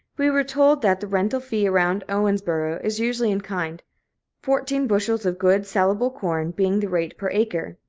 we were told that the rental fee around owensboro is usually in kind fourteen bushels of good, salable corn being the rate per acre.